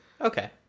okay